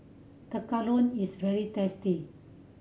tekkadon is very tasty